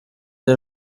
the